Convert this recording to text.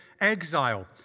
exile